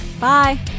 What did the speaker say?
Bye